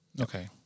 Okay